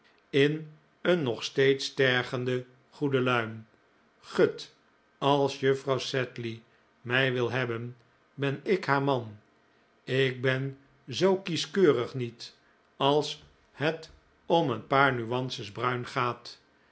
in een nog steeds tergende goede luim gut als juffrouw s mij wil hebben ben ik haar man ik ben zoo kieskeurig niet als het om een paar nuances bruin gaat